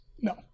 No